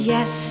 Yes